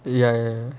ya ya